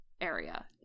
area